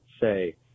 say